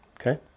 okay